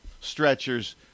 stretchers